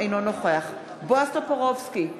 אינו נוכח בועז טופורובסקי,